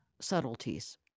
subtleties